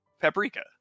paprika